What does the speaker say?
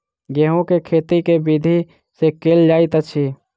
गेंहूँ केँ खेती केँ विधि सँ केल जाइत अछि?